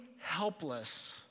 helpless